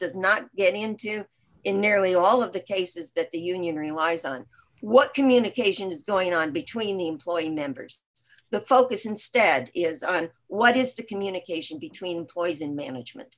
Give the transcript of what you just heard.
does not get into in nearly all of the cases that the union relies on what communication is going on between the employee members the focus instead is on what is the communication between ploys and management